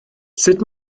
sut